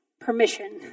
permission